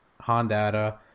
Honda